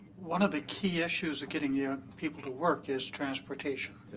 one of the key issues of getting young people to work is transportation.